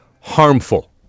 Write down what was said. harmful